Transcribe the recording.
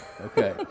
okay